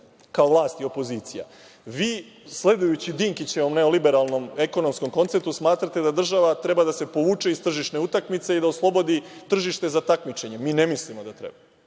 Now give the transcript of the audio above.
kao vlast i opozicija. Vi sledujući Dinkića u neoliberalnom ekonomskom konceptu smatrate da država treba da se povuče iz tržišne utakmice i da oslobodi tržište za to takmičenje. Mi ne mislimo da to treba.